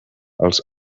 els